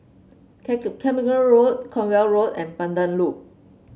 Carmichael Road Cornwall Road and Pandan Loop